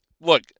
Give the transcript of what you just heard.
look